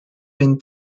been